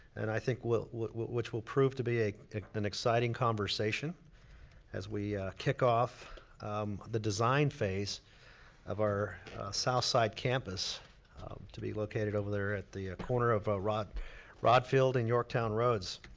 and i think which will prove to be an exciting conversation as we kick-off the design phase of our southside campus to be located over there at the corner of ah rodd rodd field and yorktown roads.